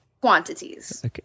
Quantities